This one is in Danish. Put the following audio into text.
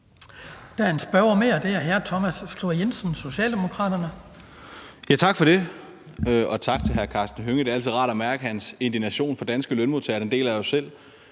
Der er en spørger mere, og det er hr. Thomas Skriver Jensen, Socialdemokraterne. Kl. 19:23 Thomas Skriver Jensen (S): Tak for det, og tak til hr. Karsten Hønge. Det er altid rart at mærke hans indignation for danske lønmodtagere. Den deler jeg jo selv.